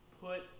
Put